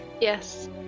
yes